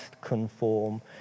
conform